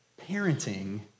parenting